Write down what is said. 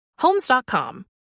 Homes.com